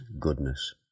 goodness